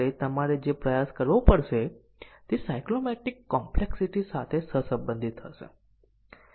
અને પછી આપણે એક નોડથી બીજા તરફ એક ધાર દોરીએ છીએ જો સ્ટેટમેન્ટ નું અમલીકરણ બીજા નોડ પર કંટ્રોલ સ્થાનાંતરિત કરી શકે છે